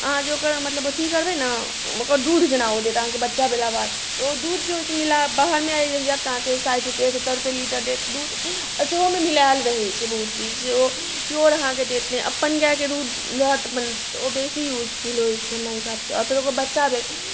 अहाँ जे ओकर मतलब अथी करबै ने ओकर दूध जेना ओ देत अहाँके बच्चा भेलाके बाद तऽ ओ दूध जे होइ छै बाहरमे जाएब तऽ अहाँके साठि रुपैआ सत्तरि रुपैआ लीटर देत दूध आओर सेहोमे मिलाएल रहै छै बहुत किछु ओ प्योर अहाँके देत नहि अप्पन गाइके दूध रहत तऽ ओ बेसी यूजफुल होइ छै हमरा हिसाबसँ आओर फेर ओकर बच्चा भेल